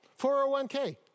401k